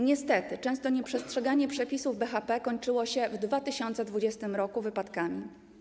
Niestety, często nieprzestrzeganie przepisów BHP kończyło się w 2020 r. wypadkami.